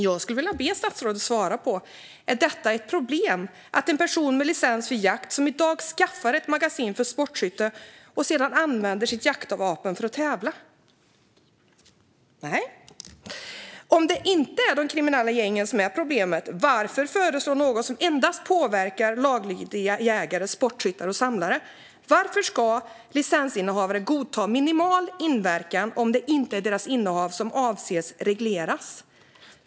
Jag skulle vilja be statsrådet svara på frågan: Är det ett problem att en person med licens för jakt som i dag skaffar ett magasin för sportskytte och sedan använder sitt jaktvapen för att tävla? Nej. Om det inte är de kriminella gängen som är problemet - varför föreslå något som endast påverkar laglydiga jägare, sportskyttar och samlare? Varför ska licensinnehavare godta minimal inverkan om det inte är deras innehav som avses regleras?